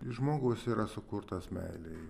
žmogus yra sukurtas meilei